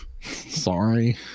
Sorry